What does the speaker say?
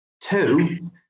Two